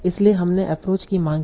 इसलिए हमने एप्रोच की मांग की